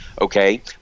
okay